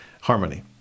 Harmony